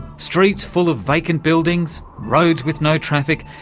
streets full of vacant buildings, roads with no traffic.